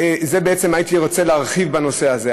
הייתי רוצה להרחיב בנושא הזה,